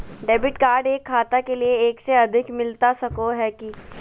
Debit card एक खाता के लिए एक से अधिक मिलता सको है की?